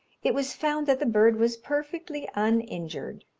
it was found that the bird was perfectly uninjured,